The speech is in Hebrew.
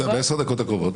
בסדר, ב-10 הדקות הקרובות.